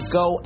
go